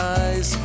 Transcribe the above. eyes